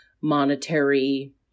monetary